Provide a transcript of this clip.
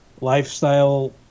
lifestyle